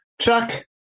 Chuck